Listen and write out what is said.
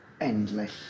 endless